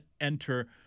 enter